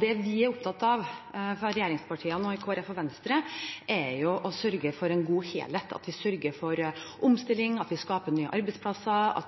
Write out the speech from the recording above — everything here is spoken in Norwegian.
Det vi er opptatt av fra regjeringspartiene, Kristelig Folkeparti og Venstre, er å sørge for en god helhet, for omstilling, at det skapes nye arbeidsplasser,